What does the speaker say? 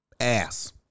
Ass